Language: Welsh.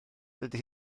dydy